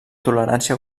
tolerància